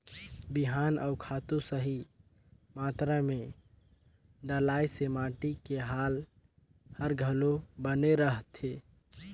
बिहान अउ खातू सही मातरा मे डलाए से माटी के हाल हर घलो बने रहथे